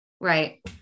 Right